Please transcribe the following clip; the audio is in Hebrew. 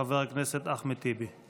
חבר הכנסת אחמד טיבי.